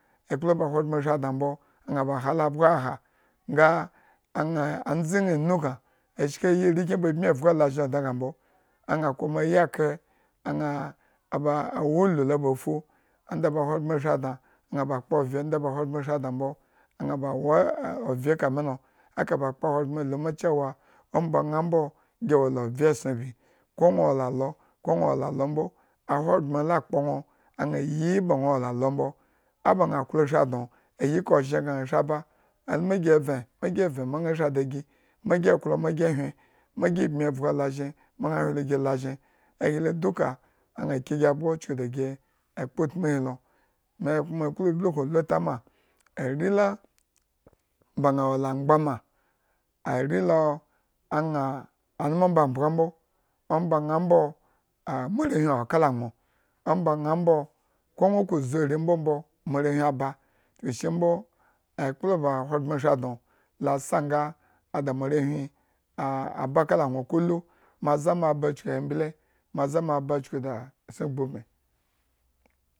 Ekpla ba ahogbren shri nwo mbo ñaa ba ha abgohaha, nga aña ndze ñaa inu gña mbo. Aña kuma ayikre aña ba wu ulu ba fu, onda ba ashri dna ñaa kpovye, ondaq ba ahogbren shri dna mbo, ñaa ba wo ovye ka milo, eka ba akpa ahogbren luma cewaomba ñaa mbo gi wo la ovye esson bi, ko nwo wo la alo, ko nwo wo alo mbo. Ahogbren la kpo nwo aña yii ba nwo alo mbo o ba ñaa klo shri dno yi ka ba ozhen gna shri ba alu ma gi vren, agi vren aña shri da gii ma klo magi hye. mabmi evgo lazhen ma ñaa hwile lazhen. ahi lo duka aña ki gi abgo chuku da gi ekpo utmu helo, me klo blukuñ lu tama are la ba ñaa wo la angba ma ari lo aña anoo mbamgba mbo, ombañaa mbo moarewhi awo kala nwo, omba ñaa mbo, ko nwo ku zu are mbomboo moarewhi aba. chukushi mbo ekpla ba ahogbren shri dno la sa nga ada moarewhi a a ba kala nwo kutu, moze mo. aba chuku embele, mo ze moba chuku da esson gbubmi.